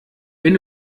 wenn